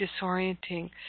disorienting